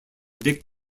dick